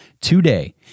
today